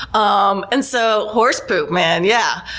um and so horse poop man, yeah.